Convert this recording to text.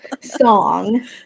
song